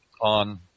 on